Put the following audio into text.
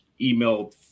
email